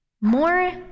More